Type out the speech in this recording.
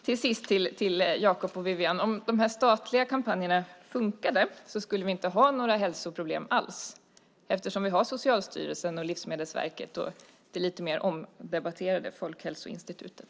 Till sist vill jag säga till Jacob och Wiwi-Anne: Om de här statliga kampanjerna funkade skulle vi inte ha några hälsoproblem alls, eftersom vi har Socialstyrelsen, Livsmedelsverket och det lite mer omdebatterade Folkhälsoinstitutet.